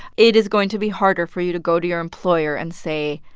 it is going to be harder for you to go to your employer and say,